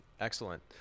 Excellent